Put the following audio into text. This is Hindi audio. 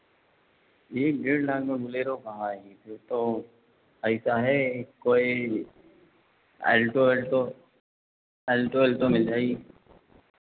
एक डेढ़ लाख में बोलेरो कहाँ आएगी फिर तो ऐसा है कोई अल्टो वल्टो अल्टो वल्टो मिल जाएगी